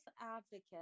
Advocate